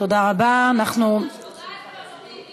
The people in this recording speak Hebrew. היא גם פוגעת במורים.